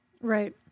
Right